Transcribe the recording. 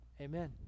amen